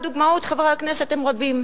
חברי הכנסת, הדוגמאות הן רבות.